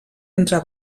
entre